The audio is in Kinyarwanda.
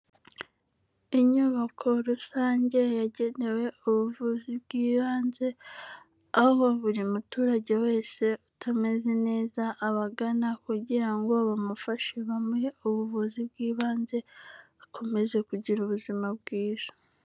Inyubako rusange yagenewe ubuvuzi bw'ibanze, aho buri muturage wese utameze neza abagana kugira ngo bamufashe bamuhe ubuvuzi bw'ibanze, akomeze kugira ubuzima bwiza.